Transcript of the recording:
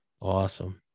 Awesome